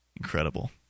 Incredible